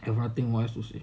everyone think why so suay